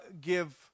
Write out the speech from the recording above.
give